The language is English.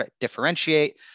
differentiate